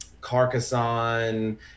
Carcassonne